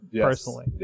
personally